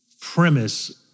premise